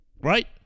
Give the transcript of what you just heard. right